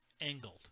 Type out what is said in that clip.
angled